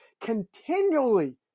continually